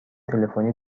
تلفنی